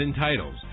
titles